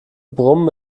brummen